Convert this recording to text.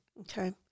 Okay